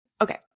okay